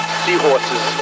seahorses